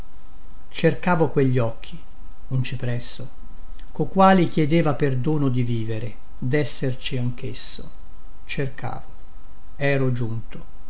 cercavo quelli occhi un cipresso co quali chiedeva perdono di vivere desserci anchesso cercavo ero giunto